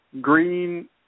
Green